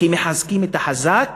כי מחזקים את החזק